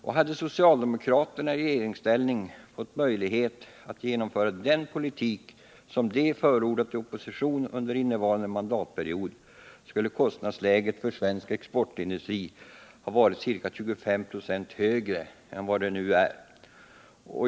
Och hade socialdemokraterna i regeringsställning fått möjlighet att genomföra den politik som de har förordat i opposition under innevarande mandatperiod skulle kostnadsläget för svensk exportindustri ha varit ca 25 96 högre än vad det nu är.